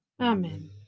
Amen